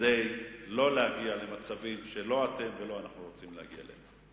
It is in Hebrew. כדי שלא נגיע למצבים שלא אתם ולא אנחנו רוצים להגיע אליהם.